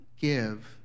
give